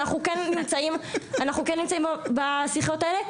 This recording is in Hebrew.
אנחנו כן נמצאים בשיחות האלה,